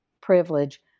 privilege